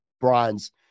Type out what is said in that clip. bronze